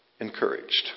encouraged